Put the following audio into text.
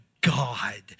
God